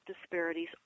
disparities